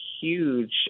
huge